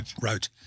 wrote